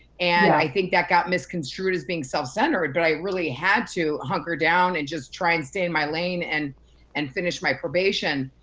and i think that got misconstrued as being self-centered, but i really had to hunker down and just try and stay in my lane and and finish my probation.